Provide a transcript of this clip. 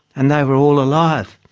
and they were all alive.